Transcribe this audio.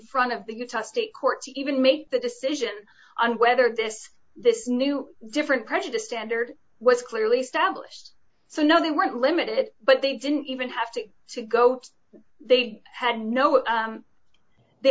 front of the utah state court to even make the decision on whether this this new different prejudiced standard was clearly established so no they weren't limited but they didn't even have to to go they had no they